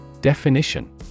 Definition